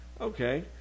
okay